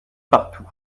partout